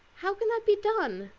how can that be done?